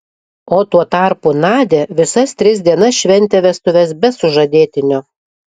o tuo tarpu nadia visas tris dienas šventė vestuves be sužadėtinio